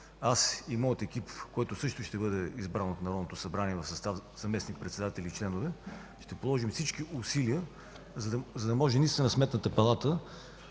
аз и моят екип, който също ще бъде избран от Народното събрание в състав заместник-председател и членове, ще положим всички усилия, за да може Сметната палата